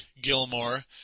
Gilmore